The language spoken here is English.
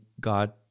God